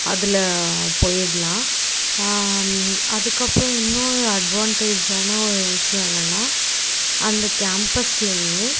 அதில் போயிடலாம் அதற்கப்றம் இன்னொரு அட்வாண்டேஜான ஒரு விஷயம் என்னன்னா அந்த கேம்பஸ்லையே